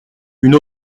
une